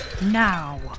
now